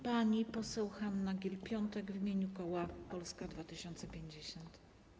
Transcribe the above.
Pani poseł Hanna Gill-Piątek w imieniu koła Polska 2050.